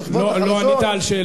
לא ענית על שאלתי.